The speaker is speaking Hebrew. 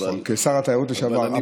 נכון, נכון, כשר התיירות לשעבר.